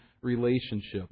relationship